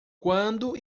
quando